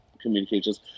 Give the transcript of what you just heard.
communications